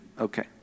Okay